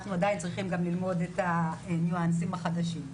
אנחנו עדיין צריכים גם ללמוד את הניואנסים החדשים,